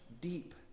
deep